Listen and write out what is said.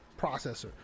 processor